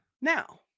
now